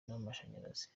n’amashanyarazi